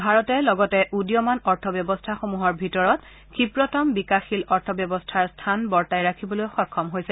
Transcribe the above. ভাৰতে লগতে উদীয়মান অৰ্থব্যৱস্থাসমূহৰ ভিতৰত ক্ষীপ্ৰতম বিকাশশীল অৰ্থব্যৱস্থাৰ স্থান বৰ্তাই ৰাখিবলৈ সক্ষম হৈছে